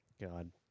God